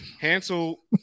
Hansel